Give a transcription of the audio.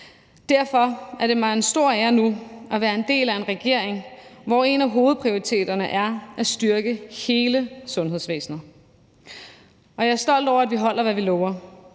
Derfor er det mig en stor ære nu at være en del af en regering, hvor en af hovedprioriteterne er at styrke hele sundhedsvæsenet, og jeg er stolt over, at vi holder, hvad vi lover.